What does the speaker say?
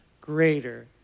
greater